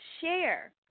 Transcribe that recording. share